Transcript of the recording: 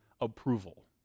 approval